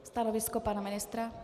Stanovisko pana ministra.